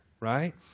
right